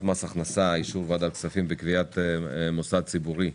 מס הכנסת (אישור ועדת הכספים בקביעת מוסד ציבורי),